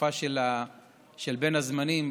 בתקופה של בין הזמנים,